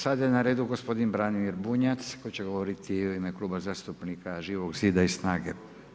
Sad je na redu gospodin Branimir Bunjac koji će govoriti u ime kluba zastupnika Živog Zida i Snage.